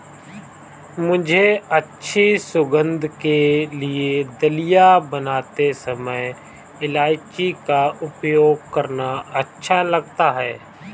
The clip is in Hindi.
मुझे अच्छी सुगंध के लिए दलिया बनाते समय इलायची का उपयोग करना अच्छा लगता है